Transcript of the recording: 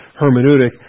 hermeneutic